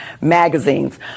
magazines